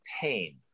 pain